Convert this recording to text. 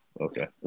Okay